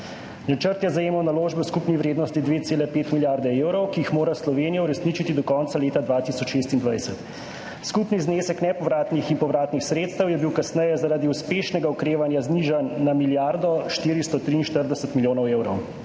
Načrt je zajemal naložbe v skupni vrednosti 2,5 milijarde evrov, ki jih mora Slovenija uresničiti do konca leta 2026. Skupni znesek nepovratnih in povratnih sredstev je bil kasneje zaradi uspešnega okrevanja znižan na milijardo 443 milijonov evrov.